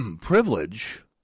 privilege